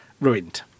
ruined